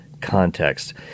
context